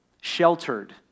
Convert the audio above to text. sheltered